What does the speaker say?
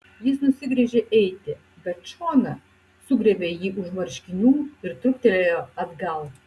jis nusigręžė eiti bet šona sugriebė jį už marškinių ir trūktelėjo atgal